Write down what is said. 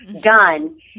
done